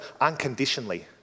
unconditionally